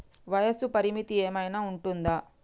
వయస్సు పరిమితి ఏమైనా ఉంటుందా?